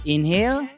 Inhale